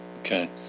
Okay